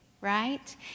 right